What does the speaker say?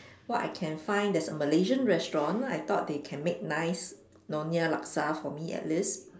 what I can find there's a Malaysian restaurant I thought they can make nice Nyonya laksa for me at least